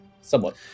somewhat